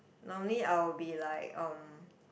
normally I will be like um